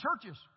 churches